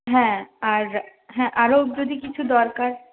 হ্যাঁ আর হ্যাঁ আরও যদি কিছু দরকার